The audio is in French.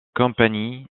compagnie